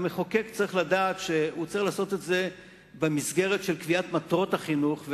המחוקק צריך לדעת שהוא צריך לעשות את זה במסגרת של קביעת מטרות החינוך,